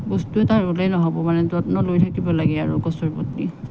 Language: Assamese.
বস্তু এটা ৰোলেই নহ'ব মানে যত্ন লৈ থাকিব লাগে আৰু গছৰ প্ৰতি